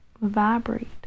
vibrate